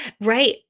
Right